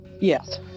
Yes